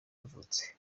yavutse